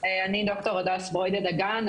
אני ד"ר הדס ברוידא-דגן,